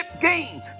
game